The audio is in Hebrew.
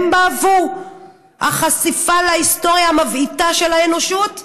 עבור החשיפה להיסטוריה המבעיתה של האנושות?